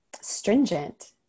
stringent